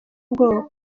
ubwoko